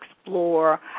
explore